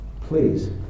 Please